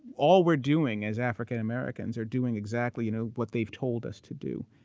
all we're doing as african americans are doing exactly you know what they've told us to do.